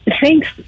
thanks